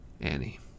Annie